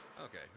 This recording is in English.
Okay